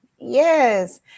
Yes